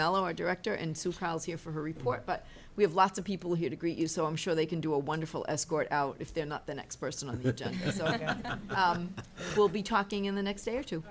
mellower director and trials here for her report but we have lots of people here to greet you so i'm sure they can do a wonderful escort out if they're not the next person on the job we'll be talking in the next day or two